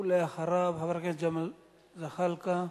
לאחריו, חבר הכנסת ג'מאל זחאלקה.